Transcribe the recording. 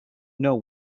know